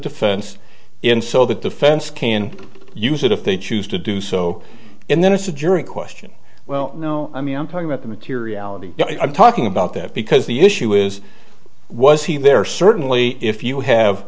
defense in so that defense can use it if they choose to do so and then it's a jury question well no i mean i'm talking about the materiality i'm talking about that because the issue is was he there certainly if you have